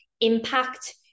impact